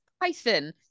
python